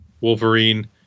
Wolverine